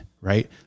right